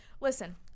Listen